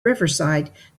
riverside